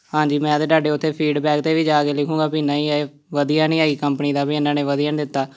ਹਾਂਜੀ ਮੈਂ ਤਾਂ ਤੁਹਾਡੇ ਉੱਥੇ ਫੀਡਬੈਕ 'ਤੇ ਵੀ ਜਾ ਕੇ ਲਿਖੂੰਗਾ ਵੀ ਨਹੀਂ ਇਹ ਵਧੀਆ ਨਹੀਂ ਹੈਗੀ ਕੰਪਨੀ ਦਾ ਵੀ ਇਹਨਾਂ ਨੇ ਵਧੀਆ ਨਹੀਂ ਦਿੱਤਾ